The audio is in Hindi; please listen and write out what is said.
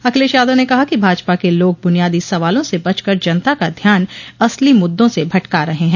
अखिलेश यादव ने कहा कि भाजपा के लोग बुनियादी सवालों से बचकर जनता का ध्यान असली मुद्दों से भटका रहे हैं